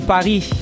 Paris